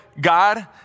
God